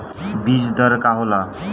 बीज दर का होला?